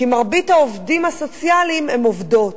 כי מרבית העובדים הסוציאליים הם עובדות.